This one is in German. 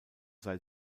sei